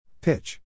Pitch